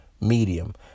medium